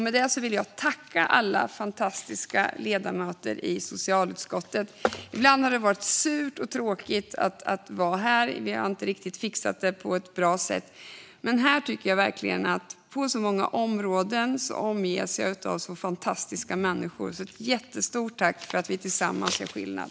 Med detta vill jag tacka alla fantastiska ledamöter i socialutskottet. Ibland har det varit surt och tråkigt att vara här. Vi har inte riktigt fixat det på ett bra sätt. Men på så många områden omges jag av fantastiska människor. Ett jättestort tack för att vi tillsammans gör skillnad!